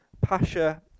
Pasha